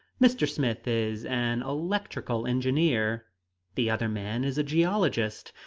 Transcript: mr. smith is an electrical engineer the other man is a geologist,